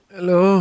Hello